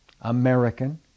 American